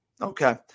Okay